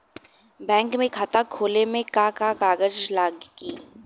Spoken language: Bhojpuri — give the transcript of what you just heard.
बैंक में खाता खोले मे का का कागज लागी?